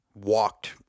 walked